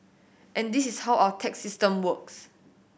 and this is how our tax system works